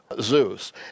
Zeus